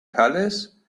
palace